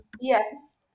yes